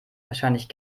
wahrscheinlich